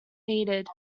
needed